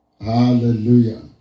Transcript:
Hallelujah